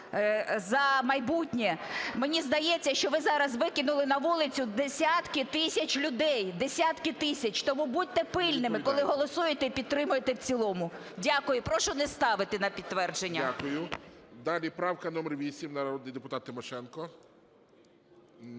"За майбутнє". Мені здається, що ви зараз викинули на вулицю десятки тисяч людей, десятки тисяч. Тому будьте пильними, коли голосуєте і підтримуєте в цілому. Дякую. Прошу не ставити на підтвердження. ГОЛОВУЮЧИЙ. Дякую. Далі правка номер 8, народний депутат Тимошенко. Немає.